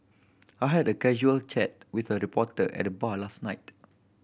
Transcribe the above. I had a casual chat with a reporter at the bar last night